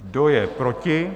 Kdo je proti?